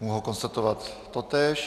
Mohu konstatovat totéž.